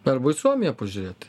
arba į suomiją pažiūrėt